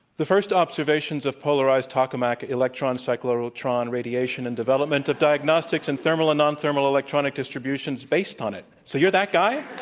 the first observations of polarized tokamak electron, cyclotron radiation anddevelopment of diagnostics and thermal and nonthermal electronic distributions based on it. so you're that guy?